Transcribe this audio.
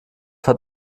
hat